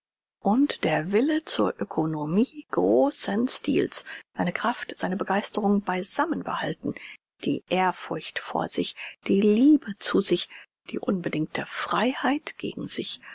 und der wille zur ökonomie großen stils seine kraft seine begeisterung beisammen behalten die ehrfurcht vor sich die liebe zu sich die unbedingte freiheit gegen sich